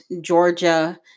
Georgia